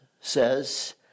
says